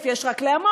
כי כסף יש רק לעמונה,